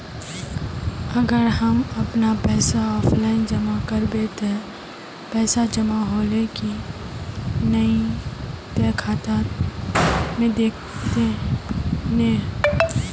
अगर हम अपन पैसा ऑफलाइन जमा करबे ते पैसा जमा होले की नय इ ते खाता में दिखते ने?